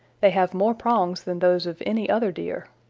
they have more prongs than those of any other deer.